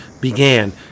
began